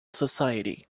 society